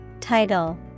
Title